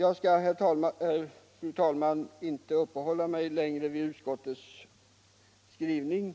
Jag skall, fru talman, inte uppehålla mig länge vid andra halvan av utskottets skrivning,